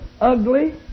ugly